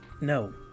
No